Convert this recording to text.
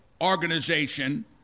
Organization